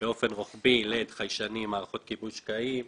באופן רוחבי לחיישנים, מערכות כיבוי שקעים,